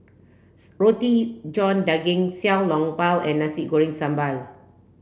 Roti John Daging Xiao Long Bao and Nasi Goreng Sambal